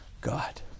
god